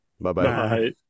Bye-bye